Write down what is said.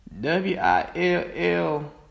W-I-L-L